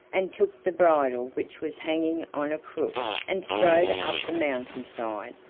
and took the bridle which was hanging on a crook, and strode up the mountain-side,